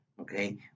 okay